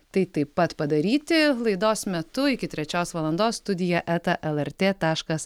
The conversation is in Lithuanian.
tai taip pat padaryti laidos metu iki trečios valandos studija eta lrt taškas